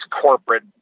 corporate